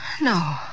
No